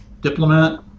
diplomat